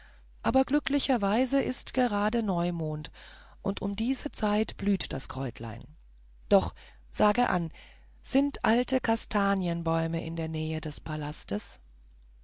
aber glücklicherweise ist es gerade neumond und um diese zeit blüht das kräutlein doch sage an sind alte kastanienbäume in der nähe des palastes